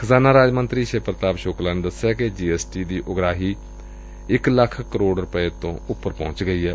ਖਜ਼ਾਨਾ ਰਾਜ ਮੰਤਰੀ ਸ਼ਿਵ ਪ੍ਰਤਾਪ ਸੁਕਲਾ ਨੇ ਦਸਿਆ ਕਿ ਜੀ ਐਸ ਟੀ ਦੀ ਉਗਰਾਹੀ ਇਕ ਲੱਖ ਕਰੋੜ ਰੁਪਏ ਤੋਂ ਉਪਰ ਪਹੁੰਚ ਗਈ ਏ